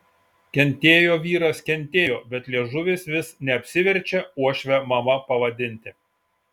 kentėjo vyras kentėjo bet liežuvis vis neapsiverčia uošvę mama pavadinti